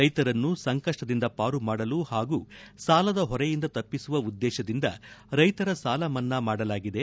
ರೈತರನ್ನು ಸಂಕಪ್ಪದಿಂದ ಪಾರು ಮಾಡಲು ಹಾಗೂ ಸಾಲದ ಹೊರೆಯಿಂದ ತಪ್ಪಿಸುವ ಉದ್ದೇಶದಿಂದ ರೈತರ ಸಾಲ ಮನ್ನಾ ಮಾಡಲಾಗಿದೆ